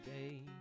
day